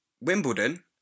Wimbledon